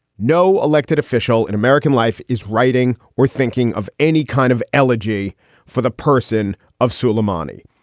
no elected official in american life is writing or thinking of any kind of elegy for the person of sulaimani.